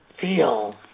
feel